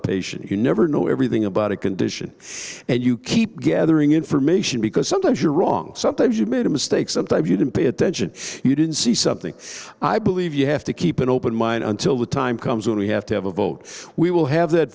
a patient you never know everything about a condition and you keep gathering information because sometimes you're wrong sometimes you made a mistake sometimes you didn't pay attention you didn't see something i believe you have to keep an open mind until the time comes when we have to have a vote we will have that